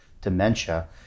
dementia